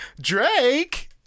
Drake